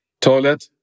toilet